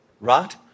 Right